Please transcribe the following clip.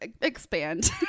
Expand